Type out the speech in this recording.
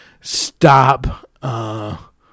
Stop